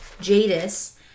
Jadis